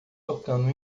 tocando